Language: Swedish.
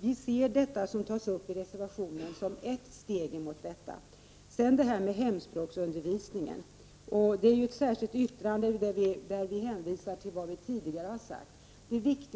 Vi ser det som föreslås i reservationen som ett steg i den riktningen. När det gäller hemspråksundervisningen hänvisar vi i ett särskilt yttrande till vad vi tidigare sagt. Mycket